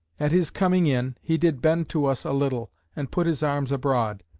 at his coming in, he did bend to us a little, and put his arms abroad.